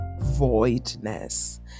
voidness